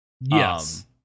Yes